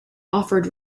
offered